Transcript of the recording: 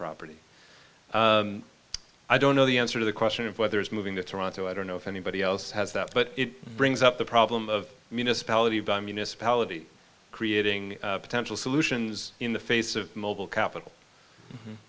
property i don't know the answer to the question of whether it's moving to toronto i don't know if anybody else has that but it brings up the problem of municipality by municipality creating potential solutions in the face of mobile capital